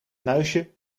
muisje